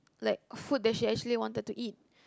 like food that she actually wanted to eat